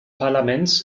parlaments